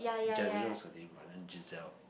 Jezreel is her name but then Giselle